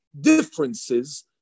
differences